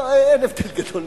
אין הבדל גדול.